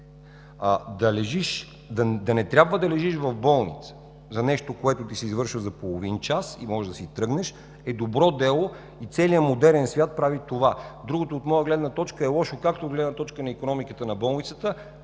Да не трябва да лежиш в болница за нещо, което ти се извършва за половин час и можеш да си тръгнеш, е добро дело и целият модерен свят прави това. Другото, от моя гледна точка, е лошо, както от гледна точка на икономиката на болницата,